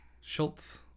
Schultz